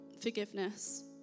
forgiveness